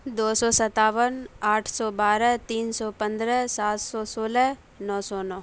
دو سو ستاون آٹھ سو بارہ تین سو پندرہ سات سو سولہ نو سو نو